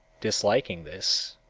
disliking this,